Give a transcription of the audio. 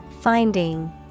Finding